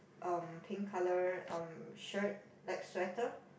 um pink colour um shirt like sweater